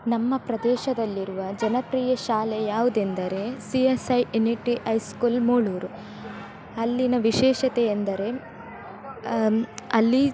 ನಮ್ಮ ಪ್ರದೇಶದಲ್ಲಿರುವ ಜನಪ್ರಿಯ ಶಾಲೆ ಯಾವುದೆಂದರೆ C S I unity I school Moolur ಅಲ್ಲಿನ ವಿಶೇಷತೆ ಎಂದರೆ ಅಲ್ಲಿ